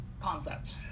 concept